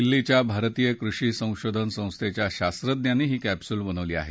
दिल्लीच्या भारतीय कृषी संशोधन संस्थेच्या शास्त्रज्ञांनी ही कॅप्सुल बनवली आहे